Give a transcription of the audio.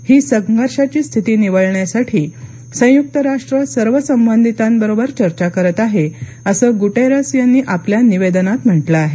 ही संघर्षाची स्थिती निवळण्यासाठी संयुक्त राष्ट्र सर्व संबंधितांबरोबर चर्चा करत आहे असं गुटेरस यांनी आपल्या निवेदनात म्हटलं आहे